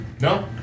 No